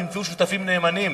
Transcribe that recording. תמצאו שותפים נאמנים.